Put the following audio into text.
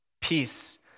Peace